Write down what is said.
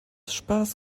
spaß